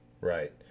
Right